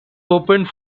opened